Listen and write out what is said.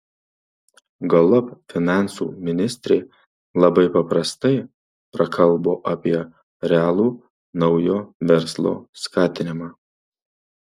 galop finansų ministrė labai paprastai prakalbo apie realų naujo verslo skatinimą